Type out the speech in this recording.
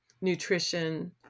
nutrition